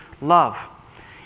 love